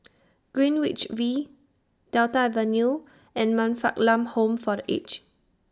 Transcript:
Greenwich V Delta Avenue and Man Fatt Lam Home For The Aged